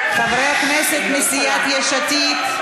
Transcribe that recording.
חברי הכנסת מסיעת יש עתיד.